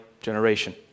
generation